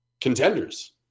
contenders